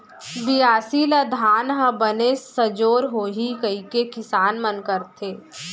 बियासी ल धान ह बने सजोर होही कइके किसान मन करथे